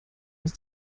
aus